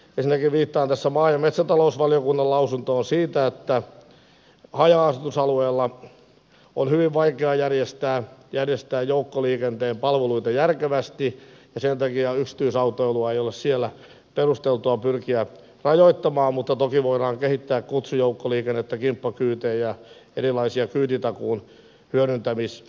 ensinnäkin viittaan tässä maa ja metsätalousvaliokunnan lausuntoon siitä että haja asutusalueilla on hyvin vaikeaa järjestää joukkoliikenteen palveluita järkevästi ja sen takia yksityisautoilua ei ole siellä perusteltua pyrkiä rajoittamaan mutta toki voidaan kehittää kutsujoukkoliikennettä kimppakyytejä erilaisia kyytitakuun hyödyntämismalleja